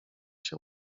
się